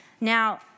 Now